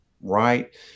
right